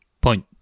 Point